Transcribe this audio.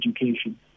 education